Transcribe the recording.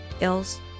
else